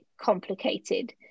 complicated